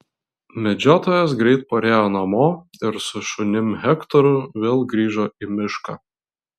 medžiotojas greit parėjo namo ir su šunim hektoru vėl grįžo į mišką